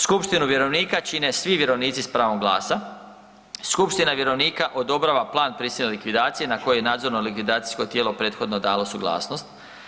Skupštinu vjerovnika čine svi vjerovnici s pravom glasa, skupština vjerovnika odobrava plan prisilne likvidacije na koji nadzorno likvidacijsko tijelo prethodno dalo suglasnost.